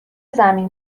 زمین